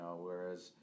whereas